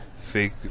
Fake